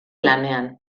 lanean